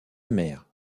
mère